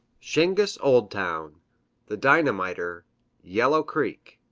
shingis old town the dynamiter yellow creek.